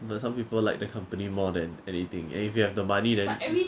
but some people like the company more than anything and if you have the money then time 不是